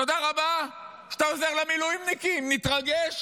תודה רבה שאתה עוזר למילואימניקים, נתרגש.